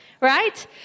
right